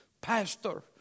Pastor